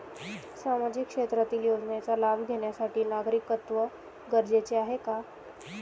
सामाजिक क्षेत्रातील योजनेचा लाभ घेण्यासाठी नागरिकत्व गरजेचे आहे का?